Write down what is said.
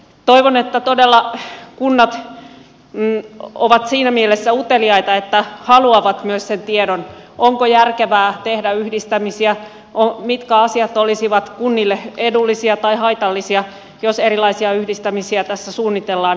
toivon että todella kunnat ovat siinä mielessä uteliaita että haluavat myös sen tiedon onko järkevää tehdä yhdistämisiä mitkä asiat olisivat kunnille edullisia tai haitallisia jos erilaisia yhdistämisiä tässä suunnitellaan